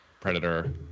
predator